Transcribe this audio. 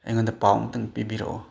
ꯑꯩꯉꯣꯟꯗ ꯄꯥꯎ ꯑꯃꯇꯪ ꯄꯤꯕꯤꯔꯛꯑꯣ